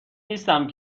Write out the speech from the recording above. نیستم